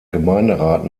gemeinderat